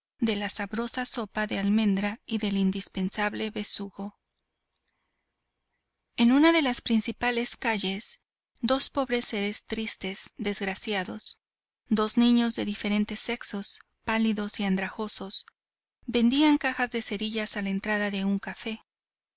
de la sabrosa sopa de almendra y del indispensable besugo en una de las principales calles dos pobres seres tristes desgraciados dos niños de diferentes sexos pálidos y andrajosos vendían cajas de cerillas a la entrada de un café